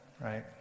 right